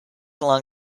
along